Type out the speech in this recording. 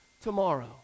tomorrow